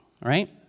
right